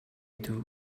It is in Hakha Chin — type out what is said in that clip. duh